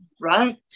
Right